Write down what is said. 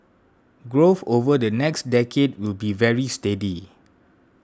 growth over the next decade will be very steady